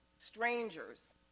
strangers